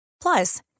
Plus